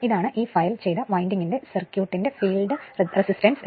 ഇതാണ് ഈ ഫയൽ ചെയ്ത വൈൻഡിംഗിന്റെ സർക്യൂട്ടിന്റെ ഫീൽഡ് റെസിസ്റ്റൻസ്